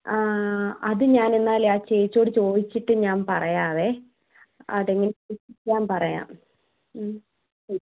അത് ഞാൻ എന്നാൽ ആ ചേച്ചിയോട് ചോദിച്ചിട്ട് ഞാൻ പറയാം അത് എങ്ങനെ എന്നു ചോദിച്ചിട്ട് ഞാൻ പറയാം